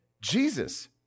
Jesus